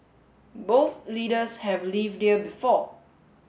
both leaders have lived here before